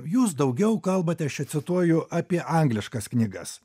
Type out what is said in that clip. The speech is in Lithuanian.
jūs daugiau kalbate čia cituoju apie angliškas knygas